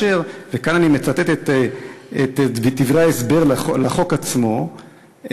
וכאן אני מצטט מדברי ההסבר לחוק עצמו,